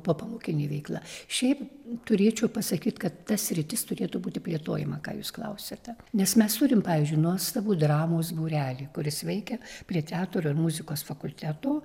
popamokinė veikla šiaip turėčiau pasakyt kad ta sritis turėtų būti plėtojama ką jūs klausiate nes mes turim pavyzdžiui nuostabų dramos būrelį kuris veikia prie teatro ir muzikos fakulteto